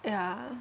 yeah